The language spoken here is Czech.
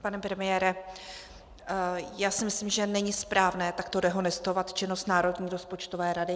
Pane premiére, myslím si, že není správné takto dehonestovat činnost Národní rozpočtové rady.